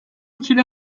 ikili